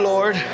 Lord